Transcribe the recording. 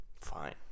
Fine